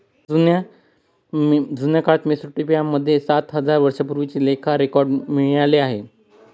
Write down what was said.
जुन्या काळात मेसोपोटामिया मध्ये सात हजार वर्षांपूर्वीचे लेखा रेकॉर्ड मिळाले आहे